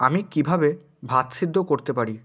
আমি কীভাবে ভাত সিদ্ধ করতে পারি